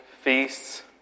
feasts